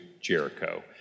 Jericho